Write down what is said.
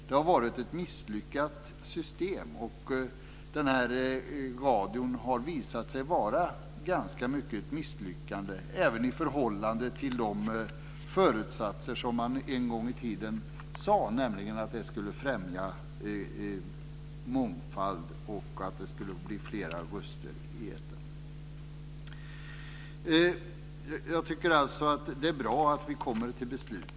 Det har varit ett misslyckat system. Radion har ganska mycket visat sig vara ett misslyckande även i förhållande till de föresatser som man en gång i tiden hade, nämligen att det skulle främja mångfald och att det skulle bli flera röster i etern. Jag tycker alltså att det är bra att vi kommer till beslut.